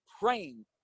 praying